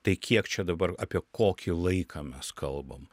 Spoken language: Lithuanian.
tai kiek čia dabar apie kokį laiką mes kalbam